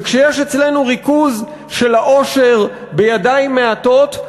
וכשיש אצלנו ריכוז של העושר בידיים מעטות,